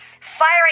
Firing